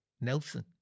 Nelson